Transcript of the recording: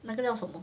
那个叫什么